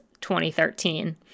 2013